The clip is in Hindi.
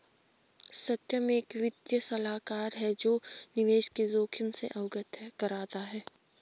सत्यम एक वित्तीय सलाहकार है जो निवेश के जोखिम से अवगत कराता है